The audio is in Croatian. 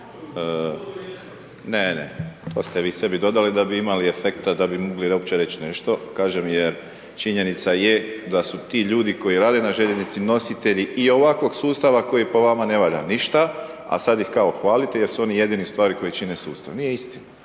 Ne, ne to ste vi sebi dodali da bi imali efekta, da bi mogli uopće reći nešto kažem jer činjenica je da su ti ljudi koji rade na željeznici nositelji i ovakvog sustava koji po vama ne valja ništa a sada ih kao hvalite jer su oni jedini ustvari koji čine sustav. Nije istina.